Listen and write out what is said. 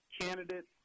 candidates